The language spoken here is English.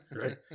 right